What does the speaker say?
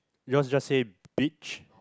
yours just say beach